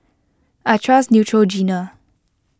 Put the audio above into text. I trust Neutrogena